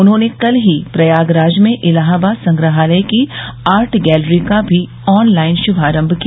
उन्होंने कल ही प्रयागराज में इलाहाबाद संग्रहालय की आर्ट गैलरी का भी ऑन लाइन शुभारम्म किया